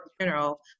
general